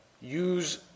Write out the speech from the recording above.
use